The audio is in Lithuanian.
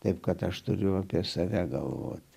taip kad aš turiu apie save galvoti